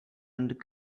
and